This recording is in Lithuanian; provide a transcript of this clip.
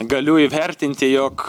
galiu įvertinti jog